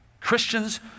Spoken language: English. Christians